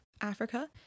Africa